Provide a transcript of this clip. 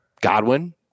Godwin